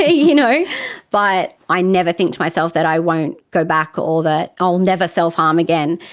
ah you know but i never think to myself that i won't go back or that i'll never self-harm again.